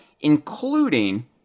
including